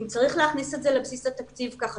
אם צריך להכניס את זה לבסיס התקציב ככה